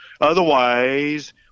Otherwise